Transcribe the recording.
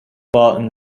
barton